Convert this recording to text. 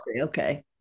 Okay